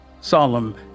solemn